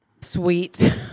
Sweet